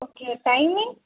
okay timing